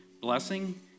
Blessing